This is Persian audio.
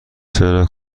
چرا